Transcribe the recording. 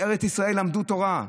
בארץ ישראל למדו תורה.